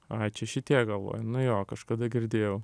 ai čia šitie galvoju nu jo kažkada girdėjau